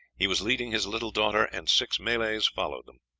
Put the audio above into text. he was leading his little daughter, and six malays followed them.